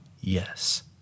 Yes